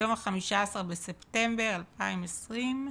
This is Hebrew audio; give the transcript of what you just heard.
היום ה-15 בספטמבר 2020,